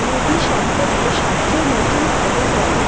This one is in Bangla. মোদি সম্পর্কে সবচেয়ে নতুন খবর বলো